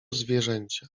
zwierzęcia